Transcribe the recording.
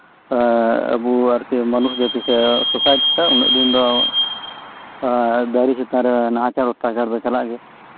ᱟᱵᱩ ᱟᱨ ᱠᱤ ᱢᱟᱱᱩᱥ ᱡᱟᱛᱤ ᱥᱮ ᱥᱚᱥᱟᱭᱴᱤᱨᱮ ᱩᱱᱟᱹᱜ ᱫᱤᱱᱫᱚ ᱫᱟᱨᱤ ᱪᱮᱛᱟᱱᱨᱮ ᱱᱟᱦᱟᱪᱟᱨ ᱚᱛᱟᱪᱟᱨ ᱫᱚ ᱪᱟᱞᱟᱜ ᱜᱮᱭᱟ